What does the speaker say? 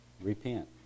Repent